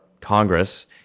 Congress